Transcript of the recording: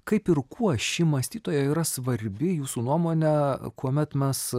kaip ir kuo ši mąstytoja yra svarbi jūsų nuomone kuomet mes